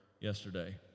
yesterday